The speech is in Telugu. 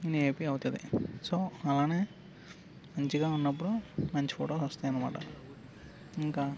అని ఏపీ అవుతది సో అలానే మంచిగా ఉన్నప్పుడు మంచి ఫొటోస్ వస్తాయన్నమాట ఇంకా